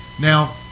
Now